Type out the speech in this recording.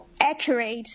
accurate